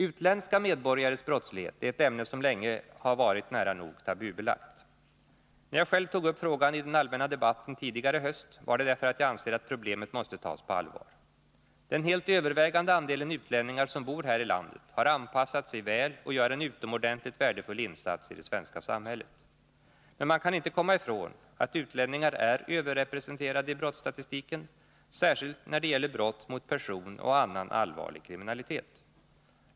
Utländska medborgares brottslighet är ett ämne som länge har varit nära nog tabubelagt. När jag själv tog upp frågan i den allmänna debatten tidigare i höst, var det därför att jag anser att problemet måste tas på allvar. Den helt övervägande andelen utlänningar som bor här i landet har anpassat sig väl och gör en utomordenligt värdefull insats i det svenska samhället. Men man kan inte komma ifrån att utlänningar är överrepresenterade i brottsstatistiken, särskilt när det gäller brott mot person och annan allvarlig kriminalitet.